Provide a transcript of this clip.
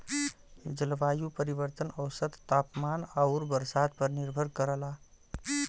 जलवायु परिवर्तन औसत तापमान आउर बरसात पर निर्भर करला